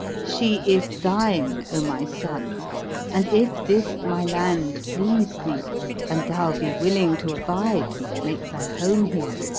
she is shine, o my son and, if this my land please thee and thou be willing to abide and make thy home here,